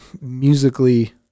musically